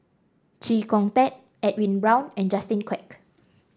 Chee Kong Tet Edwin Brown and Justin Quek